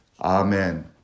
Amen